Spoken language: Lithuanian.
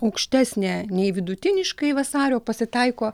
aukštesnė nei vidutiniškai vasario pasitaiko